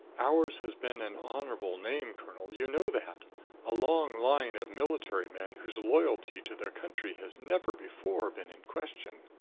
ours has been an honorable name, colonel you know that a long line of military men whose loyalty to their country has never before been in question.